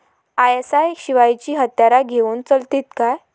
ISI शिवायची हत्यारा घेऊन चलतीत काय?